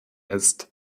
ist